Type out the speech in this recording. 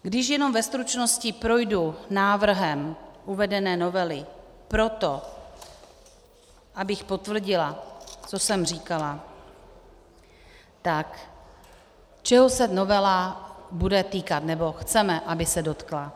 Když jenom ve stručnosti projdu návrhem uvedené novely proto, abych potvrdila, co jsem říkala, tak čeho se novela bude týkat, nebo chceme, aby se dotkla?